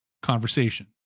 conversation